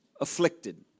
afflicted